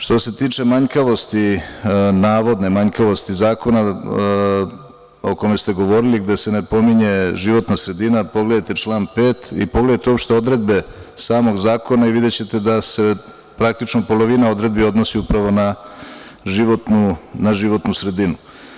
Što se tiče navodne manjkavosti zakona o kome ste govorili gde se ne pominje životna sredina, pogledajte član 5. i pogledajte uopšte odredbe samog zakona i videćete da se praktično polovina odredbi odnosi upravo na životnu sredinu.